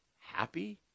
happy